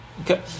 Okay